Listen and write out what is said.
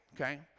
Okay